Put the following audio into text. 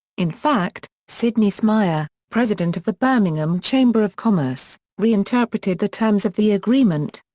in fact, sydney smyer, president of the birmingham chamber of commerce, re-interpreted the terms of the agreement.